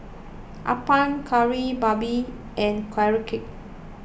Appam Kari Babi and Carrot Cake